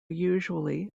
usually